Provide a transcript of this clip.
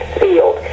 field